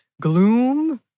gloom